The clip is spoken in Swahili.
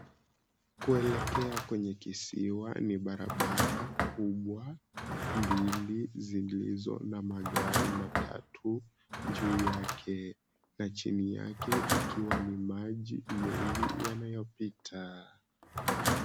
Kuelekea kwenye kisiwa ni barabara kubwa mbili zilizo na magari matatu juu yake na chini yake ikiwa ni maji mengi yanayopita.